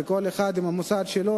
כל אחד במוסד שלו,